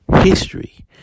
history